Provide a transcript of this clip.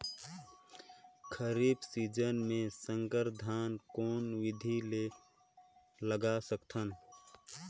खरीफ season मे संकर धान कोन विधि ले लगा सकथन?